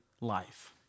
life